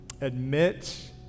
admit